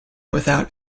without